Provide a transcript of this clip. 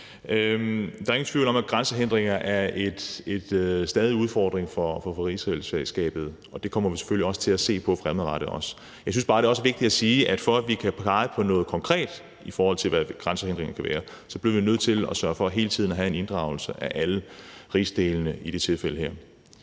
Der er ingen tvivl om, at grænsehindringer er en stadig udfordring for rigsfællesskabet, og det kommer vi selvfølgelig også til at se på fremadrettet. Jeg synes bare også, det er vigtigt at sige, at for at vi kan pege på noget konkret, i forhold til hvad grænsehindringer kan være, så bliver vi nødt til at sørge for hele tiden at have en inddragelse af alle rigsdelene. Derfor